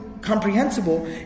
Comprehensible